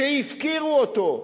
שהפקירו אותו,